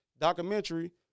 documentary